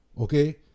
okay